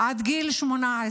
עד גיל 18,